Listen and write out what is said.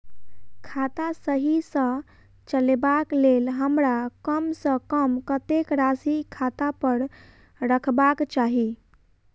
खाता सही सँ चलेबाक लेल हमरा कम सँ कम कतेक राशि खाता पर रखबाक चाहि?